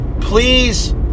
please